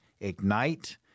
ignite